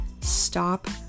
stop